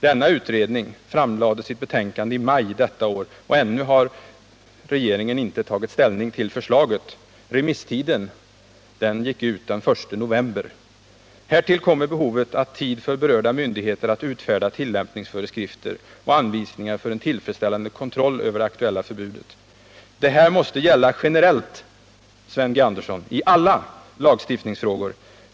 Denna utredning framlade sitt betänkande i maj detta år, och ännu har regeringen inte tagit ställning till förslaget. Remisstiden gick ut den 1 november. Härtill kommer behovet av tid för berörda myndigheter att utfärda tillämpningsföreskrifter och anvisningar för en tillfredsställande kontroll över det aktuella förbudet. Detta måste, Sven G. Andersson, gälla generellt i alla lagstiftningsfrågor.